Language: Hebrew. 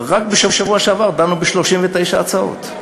רק בשבוע שעבר דנו ב-39 הצעות.